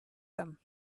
them